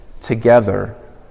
together